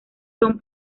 son